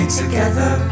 together